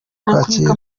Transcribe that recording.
kwakira